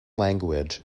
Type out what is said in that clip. language